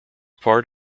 part